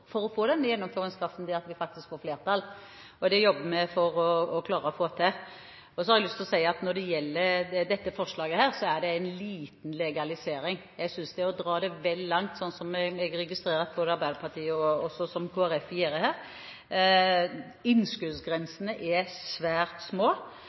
for å få denne gjennomføringskraften er at vi faktisk får flertall, og det jobber vi for å klare å få til. Så har jeg lyst til å si at når det gjelder dette forslaget, er det en liten legalisering. Jeg synes det er å dra det vel langt det jeg registrerer at både Arbeiderpartiet og Kristelig Folkeparti gjør her.